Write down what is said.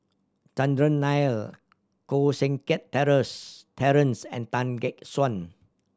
Chandran Nair Koh Seng Kiat Terence and Tan Gek Suan